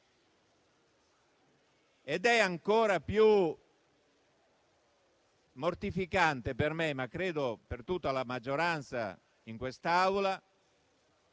È ancora più mortificante per me, ma credo per tutta la maggioranza in quest'Aula,